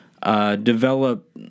Develop